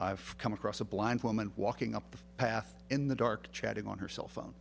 i've come across a blind woman walking up the path in the dark chatting on her cell phone